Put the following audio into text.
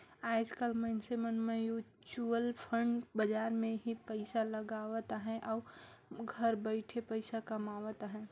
आएज काएल मइनसे मन म्युचुअल फंड बजार मन में ही पइसा लगावत अहें अउ घर बइठे पइसा कमावत अहें